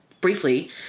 briefly